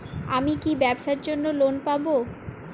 আমি কি ব্যবসার জন্য লোন পাব?